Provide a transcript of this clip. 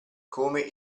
come